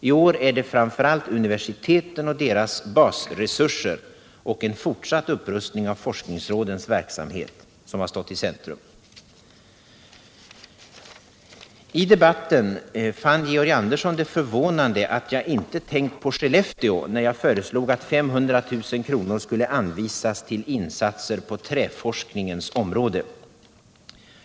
I år är det framför allt universiteten och deras basresurser och en fortsatt upprustning av forskningsrådens verksamhet som har stått i centrum. I debatten fann Georg Andersson det förvånande att jag inte tänkt på Skellefteå när jag föreslog att 500000 kr. skulle anvisas till insatser på träforskningens område.